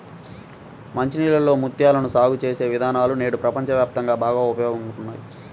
మంచి నీళ్ళలో ముత్యాలను సాగు చేసే విధానాలు నేడు ప్రపంచ వ్యాప్తంగా బాగా ఊపందుకున్నాయి